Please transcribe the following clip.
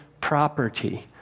property